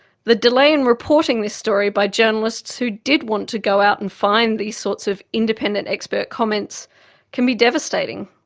the delay in reporting this study by journalists who did want to go out and find these sorts of independent expert comments can be devastating.